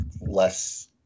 less